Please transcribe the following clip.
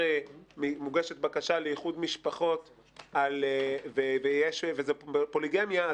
מוגשת בקשה לאיחוד משפחות ויש פוליגמיה,